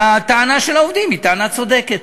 והטענה של העובדים היא טענה צודקת.